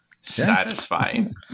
satisfying